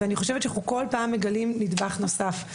ואני חושבת שאנחנו כל פעם מגלים נדבך נוסף.